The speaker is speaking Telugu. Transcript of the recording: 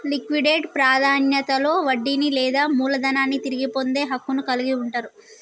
లిక్విడేట్ ప్రాధాన్యతలో వడ్డీని లేదా మూలధనాన్ని తిరిగి పొందే హక్కును కలిగి ఉంటరు